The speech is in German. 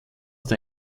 der